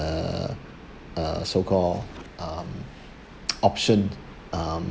uh uh so-called uh option um